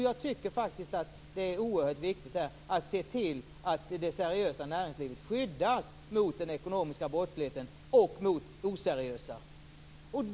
Jag tycker att det är oerhört viktigt att se till att det seriösa näringslivet skyddas mot den ekonomiska brottsligheten och mot oseriösa näringsidkare.